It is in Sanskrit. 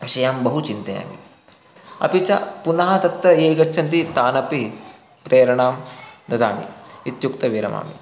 विषयान् बहु चिन्तयामि अपि च पुनः तत्र ये गच्छन्ति तानपि प्रेरणां ददामि इत्युक्त्वा विरमामि